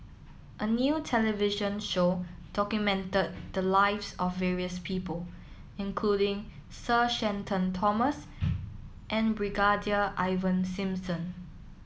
a new television show documented the lives of various people including Sir Shenton Thomas and Brigadier Ivan Simson